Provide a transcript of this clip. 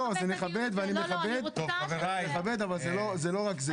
לא, זה מכבד ואני מכבד, אבל זה לא רק זה.